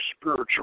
spiritual